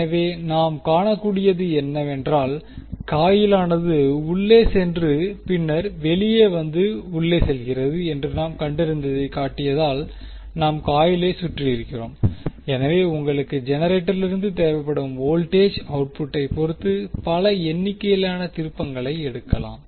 எனவே நாம் காணக்கூடியது என்னவென்றால் காயிலானது உள்ளே சென்று பின்னர் வெளியே வந்து உள்ளே செல்கிறது என்று நான் கண்டறிந்ததைக் காட்டியதால்நாம் காயிலை சுற்றியிருக்கிறோம் எனவே உங்களுக்கு ஜெனரேட்டரிலிருந்து தேவைப்படும் வோல்டேஜ் அவுட்புட்டை பொறுத்து பல எண்ணிக்கையிலான திருப்பங்களை எடுக்கலாம்